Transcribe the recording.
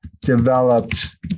developed